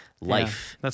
life